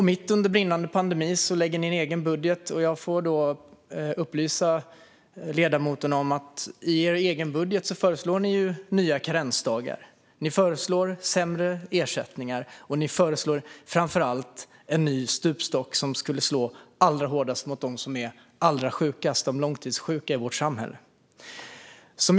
Mitt under brinnande pandemi lägger Moderaterna fram ett eget budgetförslag, och jag får upplysa ledamoten om att hans parti i sin egen budget föreslår nya karensdagar. Man föreslår sämre ersättningar, och man föreslår framför allt en ny stupstock - som skulle slå allra hårdast mot dem som är allra sjukast i vårt samhälle, nämligen de långtidssjuka.